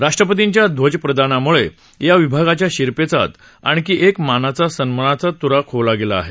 राष्ट्रपतींच्या ध्वजप्रदानामुळे या विभागाच्या शिरपेचात आणखी एक सन्मानाचा तुरा खोवला गेला आहे